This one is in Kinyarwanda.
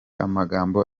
amagambo